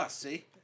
see